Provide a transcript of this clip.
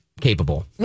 capable